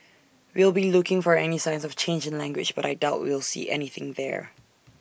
we'll be looking for any signs of change in language but I doubt we'll see anything there